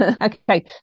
Okay